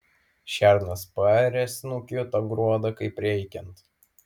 šernas paarė snukiu tą gruodą kaip reikiant